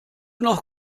noch